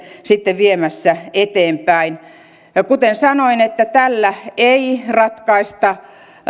sitten viemässä eteenpäin kuten sanoin tällä ei ratkaista